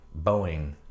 Boeing